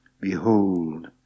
Behold